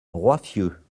roiffieux